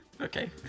Okay